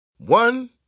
One